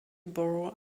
borough